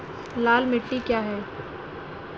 लाल मिट्टी क्या है?